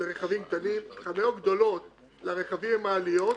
לרכבים קטנים, חניות גדולות לרכבים עם המעליות,